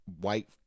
White